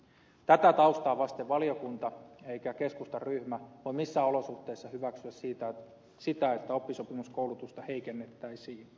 tätä taustaa vasten ei valiokunta eikä keskustan ryhmä voi missään olosuhteissa hyväksyä sitä että oppisopimuskoulutusta heikennettäisiin